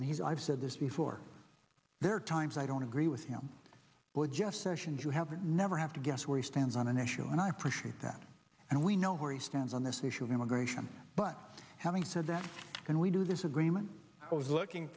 and he's i've said this before there are times i don't agree with him but just sessions you have never have to guess where he stands on an issue and i appreciate that and we know where he stands on this issue of immigration but having said that and we do this agreement i was looking